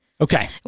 Okay